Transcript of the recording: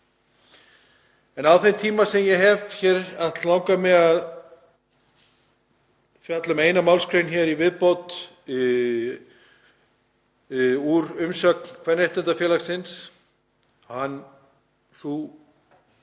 En á þeim tíma sem ég hef hér langar mig að fjalla um eina málsgrein í viðbót úr umsögn Kvenréttindafélagsins. Sú